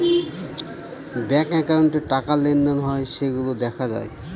bank একাউন্টে টাকা লেনদেন হয় সেইগুলা দেখা যায়